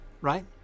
right